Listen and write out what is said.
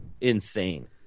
insane